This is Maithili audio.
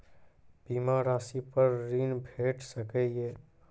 बीमा रासि पर ॠण भेट सकै ये?